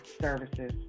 services